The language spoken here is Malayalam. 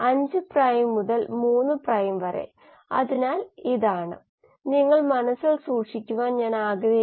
അത്കൊണ്ട് നമ്മൾ 9 അമിനോഅക്രിഡിൻ എന്ന ചായം ഉപയോഗിക്കുന്നു ഇത് ഒരു ദുർബലമായ ക്ഷാരമാണ് അതിന്റെ വിതരണം എക്സ്ട്രാ സെല്ലുലാർ ഇൻട്രാസെല്ലുലാർ പി